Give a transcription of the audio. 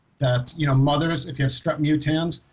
that you know mothers if you have strep mutans,